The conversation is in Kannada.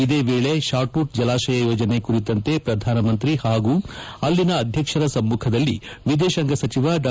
ಇದೇ ವೇಳೆ ಶಾಟೂಟ್ ಜಲಾಶಯ ಯೋಜನೆ ಕುರಿತಂತೆ ಪ್ರಧಾನಮಂತ್ರಿ ಪಾಗೂ ಅಲ್ಲಿನ ಅಧ್ಯಕ್ಷರ ಸಮ್ಮಖದಲ್ಲಿ ಎದೇಶಾಂಗ ಸಚಿವ ಡಾ